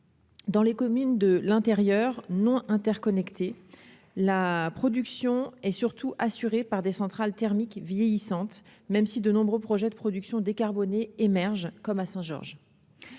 Dans les communes de l'intérieur non interconnectées, la production et surtout assurée par des centrales thermiques vieillissantes, même si de nombreux projets de production décarbonés émerge comme à Saint-Georges